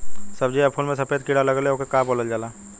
सब्ज़ी या फुल में सफेद कीड़ा लगेला ओके का बोलल जाला?